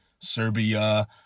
Serbia